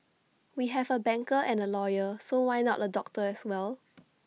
we have A banker and A lawyer so why not A doctor as well